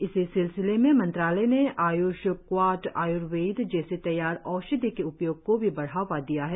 इसी सिलसिले में मंत्रालय ने आय्षक्वाथ आयर्वेद जैसी तैयार औषधि के उपयोग को भी बढ़ावा दिया है